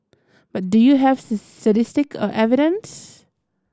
but do you have statistic or evidence